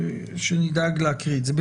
שנדאג להקריא את זה.